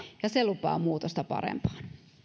se lupaa muutosta parempaan